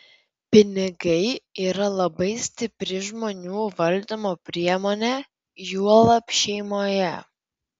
pinigai yra labai stipri žmonių valdymo priemonė juolab šeimoje